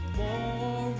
more